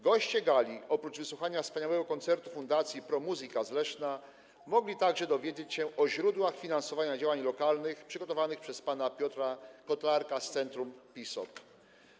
Goście gali oprócz wysłuchania wspaniałego koncertu fundacji Pro Musica z Leszna mogli także dowiedzieć się o źródłach finansowania działań lokalnych przygotowanych przez pana Piotra Kotlarka z Centrum PISOP.